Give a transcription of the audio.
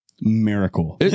miracle